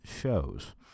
shows